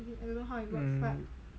mm